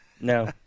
No